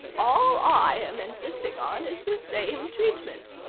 all i am insisting on is the same treatment.